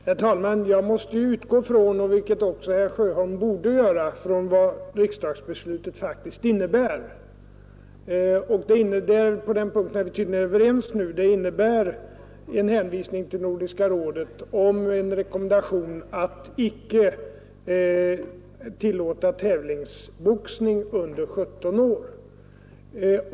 Herr talman! Jag måste utgå från — vilket också herr Sjöholm borde göra — vad riksdagsbeslutet faktiskt innebär. Det innebär — på den punkten är vi tydligen överens nu — en hänvisning till en rekommendation av Nordiska rådet att icke tillåta tävlingsboxning för ungdomar under 17 år.